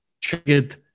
triggered